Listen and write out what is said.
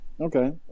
Okay